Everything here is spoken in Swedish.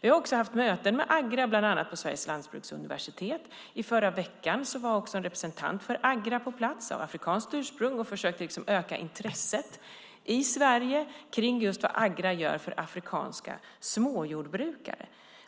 Vi har också haft möten med Agra bland annat på Sveriges lantbruksuniversitet. I förra veckan var också en representant för Agra av afrikanskt ursprung på plats och försökte öka intresset i Sverige för vad Agra gör för afrikanska småjordbrukare.